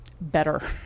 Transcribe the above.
better